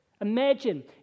Imagine